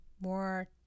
more